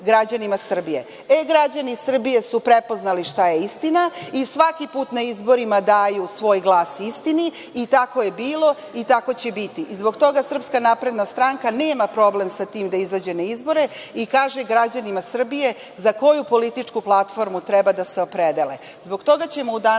građanima Srbije. Građani Srbije su prepoznali šta je istina i svaki put na izborima daju svoj glas istini i tako je bilo i tako će biti i zbog toga SNS nema problem sa tim da izađe na izbore i kaže građanima Srbije za koju političku platformu treba da se opredele.